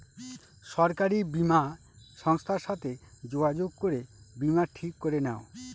সরকারি বীমা সংস্থার সাথে যোগাযোগ করে বীমা ঠিক করে নাও